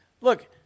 look